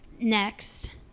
Next